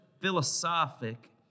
philosophic